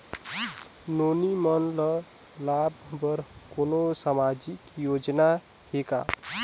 नोनी मन ल लाभ बर कोनो सामाजिक योजना हे का?